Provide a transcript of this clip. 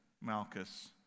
Malchus